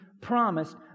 promised